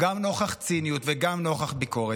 גם נוכח ציניות וגם נוכח ביקורת,